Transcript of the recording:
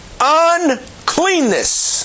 uncleanness